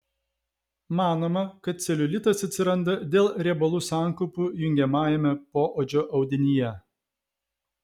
manoma kad celiulitas atsiranda dėl riebalų sankaupų jungiamajame poodžio audinyje